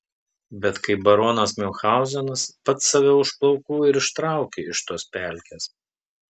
bet kaip baronas miunchauzenas pats save už plaukų ir ištrauki iš tos pelkės